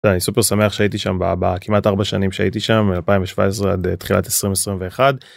אני סופר שמח שהייתי שם בכמעט 4 שנים שהייתי שם 2017 עד התחילת 2021.